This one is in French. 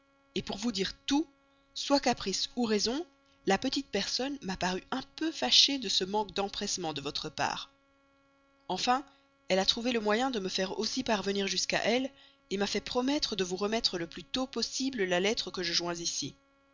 présenté pour vous dire tout soit caprice ou raison la petite personne m'a paru un peu fâchée de ce manque d'empressement de votre part enfin elle a trouvé le moyen de me faire aussi parvenir jusqu'à elle m'a fait promettre de vous rendre le plus tôt possible la lettre que je joins ici